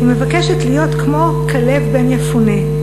היא מבקשת להיות כמו כלב בן יפונה,